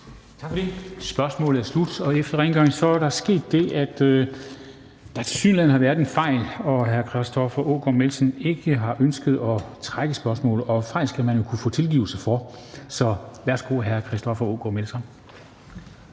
Tak for det. Spørgsmålet er slut. Så er der sket det, at der tilsyneladende har været en fejl, da hr. Christoffer Aagaard Melson ikke har ønsket at trække spørgsmålet, men fejl skal man jo kunne få tilgivelse for. Kl. 14:22 Spm. nr.